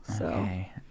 Okay